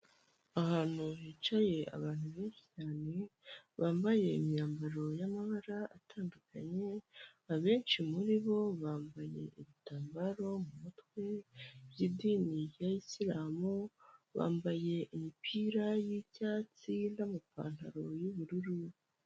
Imodoka itwara abagenzi mu buryo bwa rusange ya seleta, irimo iramanuka itwaye abagenzi buzuye kandi bose baricaye neza cyane ntawe ubyiga undi, mu muhanda harimo ibindi binyabiziga urugero nka moto n'ibindi.